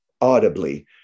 audibly